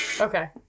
okay